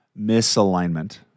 misalignment